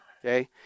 Okay